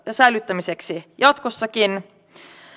säilyttämiseksi jatkossakin